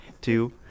two